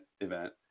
event